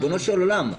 ריבונו של עולם,